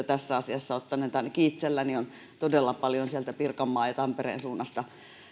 tässä asiassa ottanut ainakin itselleni on todella paljon sieltä pirkanmaan ja tampereen suunnastakin